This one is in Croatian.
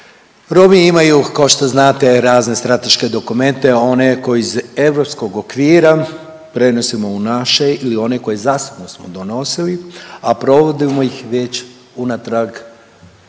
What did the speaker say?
Romi imaju kao što znate razne strateške dokumente one koji iz europskog okvira prenosimo u naše ili one koje zasebno smo donosili, a provodimo ih već unatrag 20